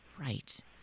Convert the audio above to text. Right